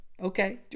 Okay